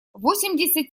восемьдесят